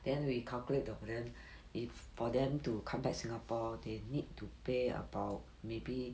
then we calculate for them if for them to come back singapore they need to pay about maybe